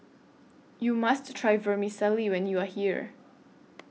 YOU must Try Vermicelli when YOU Are here